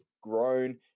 grown